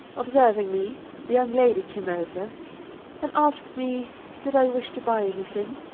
observing me the young lady came over and asked me did i wish to buy anything.